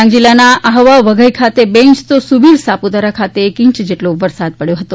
ડાંગ િલ્લાના આહવા વઘઈ ખાતે બે ઇંચ તો સુબીર સાપુતારા ખાતે એક ઇંચ જેટલો વરસાદ પડ્યો હતો